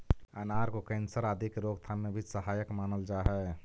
अनार को कैंसर आदि के रोकथाम में भी सहायक मानल जा हई